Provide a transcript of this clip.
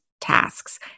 tasks